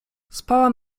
spałam